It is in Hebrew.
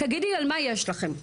תגידי על מה יש לכם?